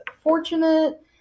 fortunate